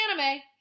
anime